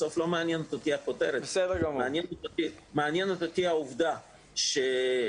בסוף לא מעניינת אותי הכותרת אלא העובדה שצפת